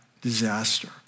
disaster